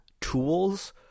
tools